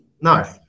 No